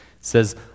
Says